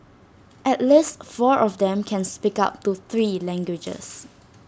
at least four of them can speak up to three languages